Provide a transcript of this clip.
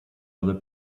other